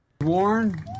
Warren